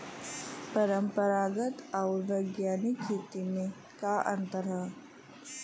परंपरागत आऊर वैज्ञानिक खेती में का अंतर ह?